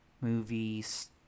Movies